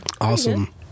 Awesome